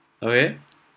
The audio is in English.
okay